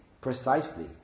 precisely